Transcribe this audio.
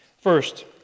First